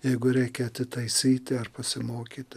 jeigu reikia atitaisyti ar pasimokyti